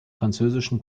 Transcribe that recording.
französischen